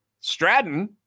Stratton